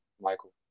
Michael